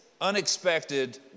unexpected